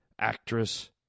actress